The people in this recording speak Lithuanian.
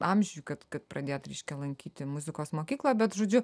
amžiuj kad pradėt reiškia lankyti muzikos mokyklą bet žodžiu